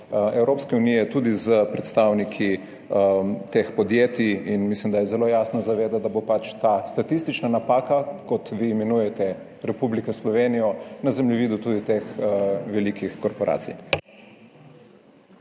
Evropske unije, tudi s predstavniki teh podjetij, in mislim, da je zelo jasno, da bo pač ta statistična napaka, kot vi imenujete Republiko Slovenijo, na zemljevidu tudi teh velikih korporacij.